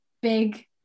big